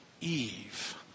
Eve